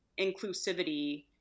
inclusivity